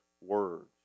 words